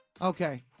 Okay